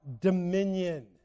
Dominion